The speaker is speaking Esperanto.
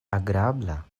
agrabla